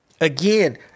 Again